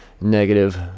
Negative